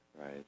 right